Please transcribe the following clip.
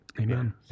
Amen